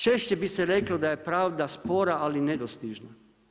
Češće bi se reklo da je pravda spora ali nedostižna.